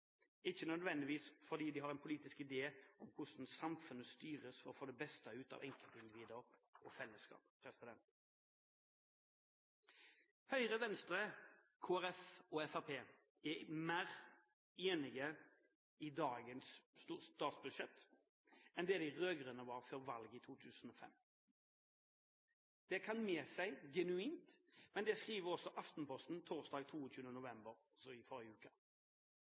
ikke nødvendigvis fordi de har en politisk idé om hvordan samfunnet skal styres for å få det beste ut av enkeltindivider og fellesskap. Høyre, Venstre, Kristelig Folkeparti og Fremskrittspartiet er mer enige i sine forslag til statsbudsjett enn det de rød-grønne var før valget i 2005. Det kan vi si genuint, men det skriver også Aftenposten torsdag 22. november, altså i forrige uke.